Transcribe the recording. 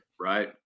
right